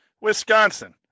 Wisconsin